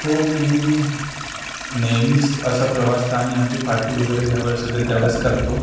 हो मी नेहमीच असा प्रवास तर आम्ही आमची पार्टी वगैरे ज्यावेळेस होते त्यावेळेस करतो